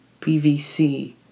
PVC